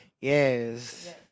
yes